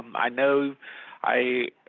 i know i